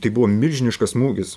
tai buvo milžiniškas smūgis